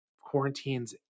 quarantines